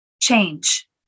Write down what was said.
change